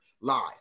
Lies